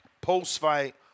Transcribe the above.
post-fight